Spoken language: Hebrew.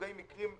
סוגי מקרים שפקעו.